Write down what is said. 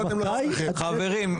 חברים.